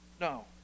No